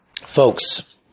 Folks